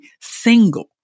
single